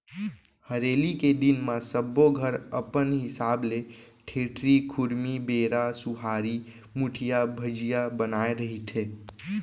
हरेली के दिन म सब्बो घर अपन हिसाब ले ठेठरी, खुरमी, बेरा, सुहारी, मुठिया, भजिया बनाए रहिथे